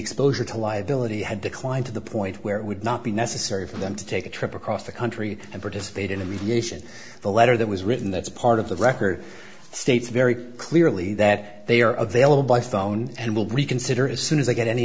exposure to liability had declined to the point where it would not be necessary for them to take a trip across the country and participate in a mediation the letter that was written that's part of the record states very clearly that they are available by phone and will reconsider as soon as they get any